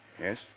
Yes